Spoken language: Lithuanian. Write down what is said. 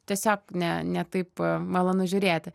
tiesiog ne ne taip malonu žiūrėti